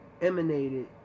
emanated